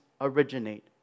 originate